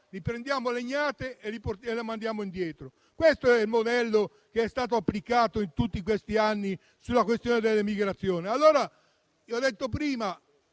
li prendiamo a legnate e li mandiamo indietro. Questo è il modello che è stato applicato in tutti questi anni sulla questione dell'immigrazione. Come ho detto prima,